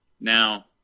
now